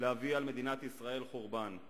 להביא על מדינת ישראל חורבן.